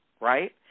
right